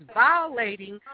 violating